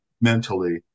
mentally